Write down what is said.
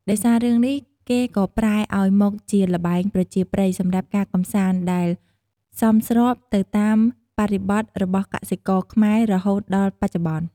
ដោយសាររឿងនេះ គេក៏ប្រែឱ្យមកជាល្បែងប្រពៃណី សម្រាប់ការកម្សាន្ត ដែលសមស្របទៅតាមបរិបទរបស់កសិករខ្មែរ រហូតដល់បច្ចុប្បន្ន។